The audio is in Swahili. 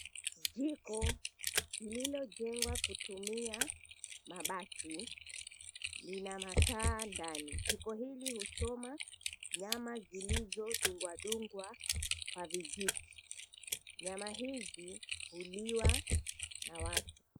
Jiko lililojengwa kwa kutumia mabati lina makaa ndani. Jiko hili huchoma nyama zilizo dungwa dungwa kwa kwa vijiti nyama hizi huliwa na watu.